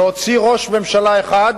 להוציא ראש ממשלה אחד,